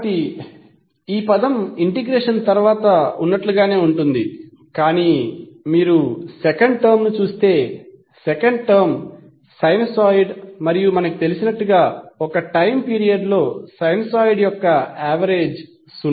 కాబట్టి ఈ పదం ఇంటిగ్రేషన్ తర్వాత ఉన్నట్లుగానే ఉంటుంది కాని మీరు సెకండ్ టర్మ్ ను చూస్తే సెకండ్ టర్మ్ సైనూసోయిడ్ మరియు మనకు తెలిసినట్లుగా ఒక టైమ్ పీరియడ్ లో సైనూసోయిడ్ యొక్క యావరేజ్ సున్నా